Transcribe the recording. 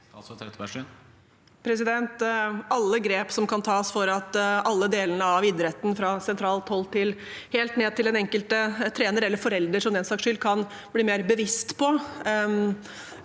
Alle grep som kan tas for at alle deler av idretten, fra sentralt hold helt ned til den enkelte trener eller forelder for den saks skyld, kan bli mer bevisst på